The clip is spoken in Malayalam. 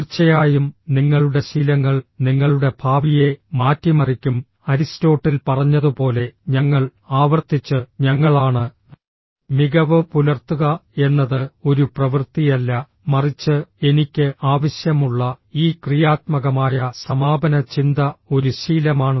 തീർച്ചയായും നിങ്ങളുടെ ശീലങ്ങൾ നിങ്ങളുടെ ഭാവിയെ മാറ്റിമറിക്കും അരിസ്റ്റോട്ടിൽ പറഞ്ഞതുപോലെ ഞങ്ങൾ ആവർത്തിച്ച് ഞങ്ങളാണ് മികവ് പുലർത്തുക എന്നത് ഒരു പ്രവൃത്തിയല്ല മറിച്ച് എനിക്ക് ആവശ്യമുള്ള ഈ ക്രിയാത്മകമായ സമാപന ചിന്ത ഒരു ശീലമാണ്